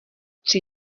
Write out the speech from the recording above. tři